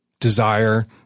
Desire